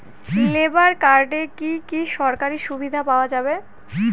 Labour কার্ডে কি কি সরকারি সুবিধা পাওয়া যাবে?